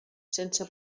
sense